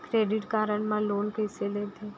Credit card मा loan कइसे लेथे?